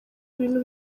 ibintu